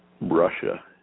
Russia